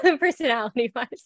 personality-wise